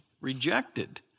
rejected